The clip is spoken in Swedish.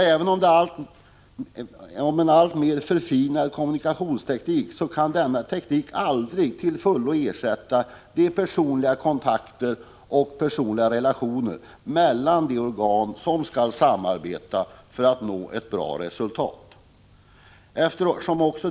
Även om man har en alltmer förfinad kommunikationsteknik, så kan denna teknik aldrig till fullo ersätta personliga kontakter och personliga relationer mellan de organ som skall samarbeta för att nå ett bra resultat.